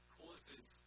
causes